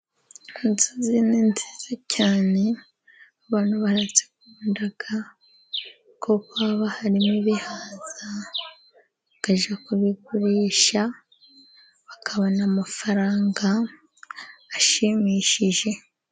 Inzuzi ni nziza cyane abantu barazikunda kuko haba harimo bihaza, bakajya kubigurisha bakabona amafaranga ashimishije.